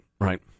right